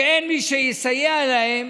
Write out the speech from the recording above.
שאין מי שיסייע להם